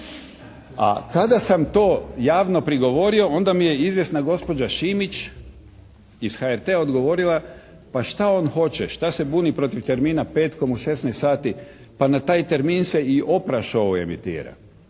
A kada sam to javno prigovorio onda mi je izvjesna gospođa Šimić iz HRT-a odgovorila, pa šta on hoće, šta se buni protiv termina petkom u 16 sati? Pa na taj termin se i Oprah show emitira.